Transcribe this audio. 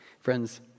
Friends